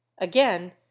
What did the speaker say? again